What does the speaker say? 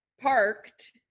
parked